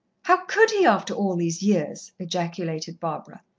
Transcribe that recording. how could he, after all these years? ejaculated barbara.